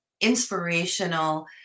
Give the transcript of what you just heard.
inspirational